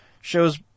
shows